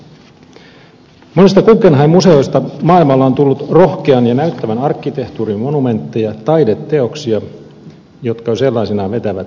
monista guggenheim museoista maailmalla on tullut rohkean ja näyttävän arkkitehtuurin monumentteja taideteoksia jotka jo sellaisenaan vetävät yleisöä sisäänsä